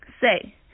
Say